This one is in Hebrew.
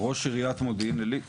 ראש עיריית מודיעין עילית.